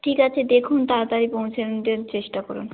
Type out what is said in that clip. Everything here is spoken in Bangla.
ঠিক আছে দেখুন তাড়াতাড়ি পৌঁছে দিতে চেষ্টা করুন